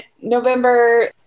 November